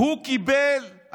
הוא קיבל,